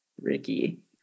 Ricky